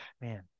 man